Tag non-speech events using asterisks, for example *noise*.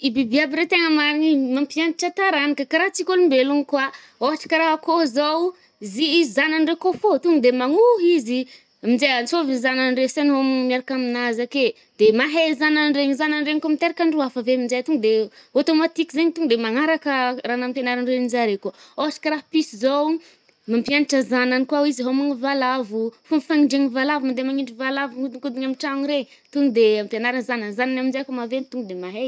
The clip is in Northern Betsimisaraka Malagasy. *noise* I biby iaby reo tena marigny mampianatra taranaka ka raha antsika olombelogno kôa. ôhatra karaha akôho zaô, zi-i-zanany ndray kô fô to nde magno hizy aminje antsôviny zanany ndre asegny *hesitation* m-miaraka aminazy ake. De mahay zanany ndregny, zanany ndregny kôa miteraka andro hafa aminje to nde ôtômatiky zaigny to nde manaraka raha nampianarin-dreniny kôa. Ohatra karaha piso zao *hesitation* mampianatra an-janany kôao izy hamogno valavo.fomba fanendrigny valavo-mande manindry valavo odinkodigny amy tragno regny to nde ampianariny zanany. Zanany aminje kôa fa maventy to nde mahay.